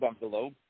bungalow